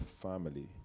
Family